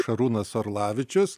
šarūnas orlavičius